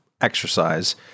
exercise